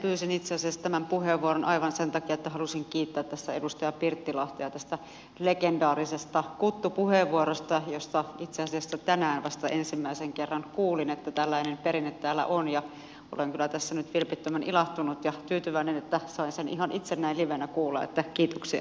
pyysin itse asiassa tämän puheenvuoron aivan sen takia että halusin kiittää tässä edustaja pirttilahtea tästä legendaarisesta kuttupuheenvuorosta josta itse asiassa tänään vasta ensimmäisen kerran kuulin että tällainen perinne täällä on ja olen kyllä tässä nyt vilpittömän ilahtunut ja tyytyväinen että sain sen ihan itse livenä kuulla kiitoksia siitä